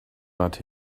but